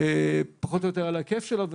פחות או יותר על ההיקף שלה.